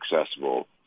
accessible